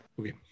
okay